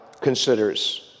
considers